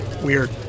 Weird